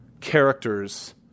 characters